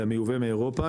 אלא מיובא מאירופה?